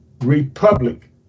republic